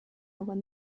were